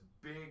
big